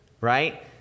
Right